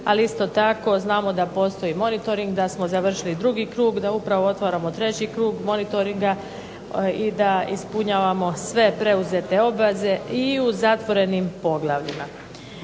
ali isto tako znamo da postoji monitoring, da smo završili drugi krug, da upravo otvaramo treći krug monitoringa i da ispunjavamo sve preuzete obveze i u zatvorenim poglavljima.